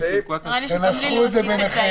תנסחו את זה ביניכם.